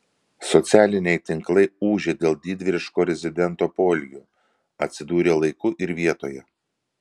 socialiniai tinklai ūžia dėl didvyriško rezidento poelgio atsidūrė laiku ir vietoje